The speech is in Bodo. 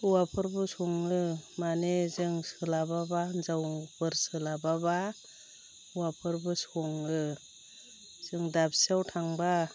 हौवाफोरबो सङो माने जों सोलाबाबा हिन्जावफोर सोलाबाबा हौवाफोरबो सङो जों दाबसेयाव थांबा